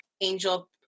Angel